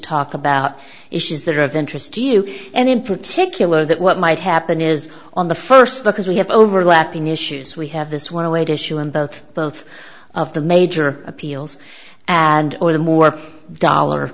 talk about issues that are of interest to you and in particular that what might happen is on the first because we have overlapping issues we have this one weight issue in both both of the major appeals and or the more dollar